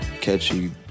catchy